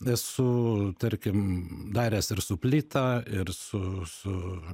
esu tarkim daręs ir su plyta ir su su